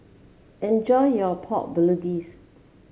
enjoy your Pork Bulgogis